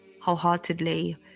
wholeheartedly